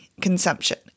consumption